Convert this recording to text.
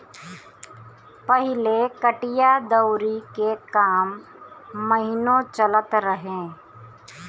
पहिले कटिया दवरी के काम महिनो चलत रहे